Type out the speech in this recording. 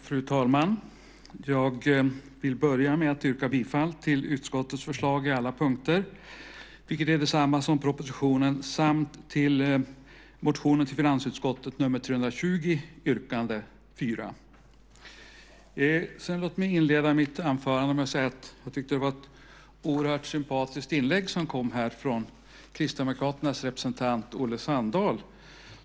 Fru talman! Jag vill börja med att yrka bifall till utskottets förslag på alla punkter, vilket är detsamma som i propositionen, samt till motionen till finansutskottet nr 320 yrkande 4. Låt mig inleda mitt anförande med att säga att jag tyckte att det var ett oerhört sympatiskt inlägg från Kristdemokraternas representant Olle Sandahl.